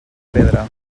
pedra